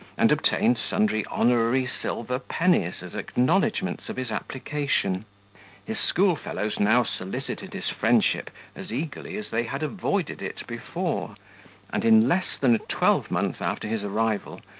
and obtained sundry honorary silver pennies, as acknowledgments of his application his school-fellows now solicited his friendship as eagerly as they had avoided it before and in less than a twelvemonth after his arrival,